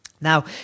Now